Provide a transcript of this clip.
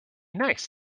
nice